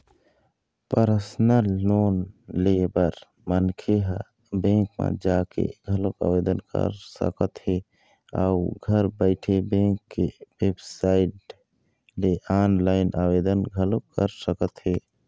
personal loan ले बर मनखे ह बेंक म जाके घलोक आवेदन कर सकत हे अउ घर बइठे बेंक के बेबसाइट ले ऑनलाईन आवेदन घलोक कर सकत हे